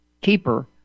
keeper